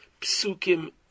Psukim